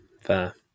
fair